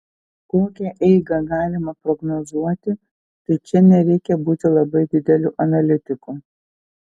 kokią eigą galima prognozuoti tai čia nereikia būti labai dideliu analitiku